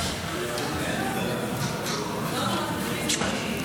48 נתקבלו.